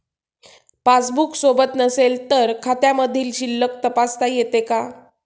Passbook सोबत नसेल तर खात्यामधील शिल्लक तपासता येते का?